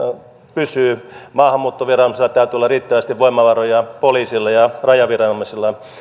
pysyy maahanmuuttoviranomaisilla täytyy olla riittävästi voimavaroja poliisilla ja rajaviranomaisilla